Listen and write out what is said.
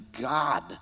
God